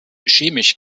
chemisch